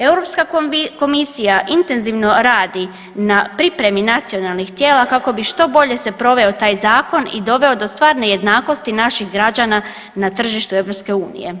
Europska komisija intenzivno radi na pripremi nacionalnih tijela kako bi što bolje se proveo taj zakon i doveo do stvarne jednakosti naših građana na tržištu EU.